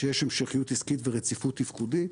שיש המשכיות עסקית ורציפות תפקודית.